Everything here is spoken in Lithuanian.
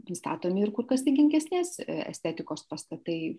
pristatomi ir kur kas didingesnės estetikos pastatai